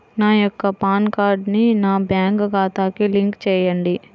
నా యొక్క పాన్ కార్డ్ని నా బ్యాంక్ ఖాతాకి లింక్ చెయ్యండి?